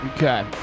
Okay